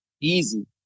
Easy